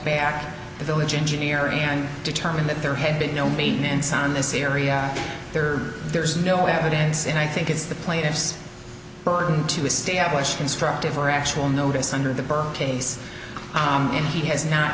at the village engineer and determine that there had been no maintenance on this area there there's no evidence and i think it's the plaintiff's burden to establish constructive or actual notice under the burke case and he has no